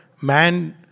man